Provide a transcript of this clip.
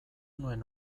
nuen